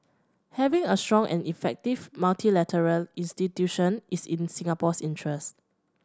having a strong and effective multilateral institution is in Singapore's interest